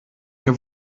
ihr